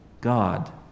God